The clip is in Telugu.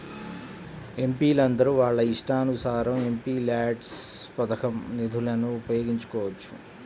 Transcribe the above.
ఎంపీలందరూ వాళ్ళ ఇష్టానుసారం ఎంపీల్యాడ్స్ పథకం నిధులను ఉపయోగించుకోవచ్చు